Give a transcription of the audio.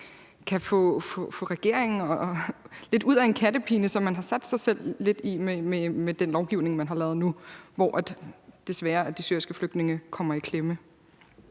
kan få regeringen ud af en kattepine, som man lidt har sat sig selv i med den lovgivning, man har lavet nu, hvor de syriske flygtninge desværre kommer i klemme.